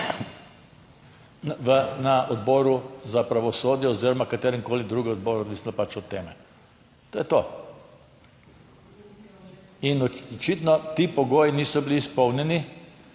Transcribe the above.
na Odboru za pravosodje oziroma kateremkoli drugem odboru, odvisno pač od teme, To je to. In očitno ti pogoji niso bili izpolnjeni.